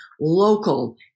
local